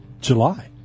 July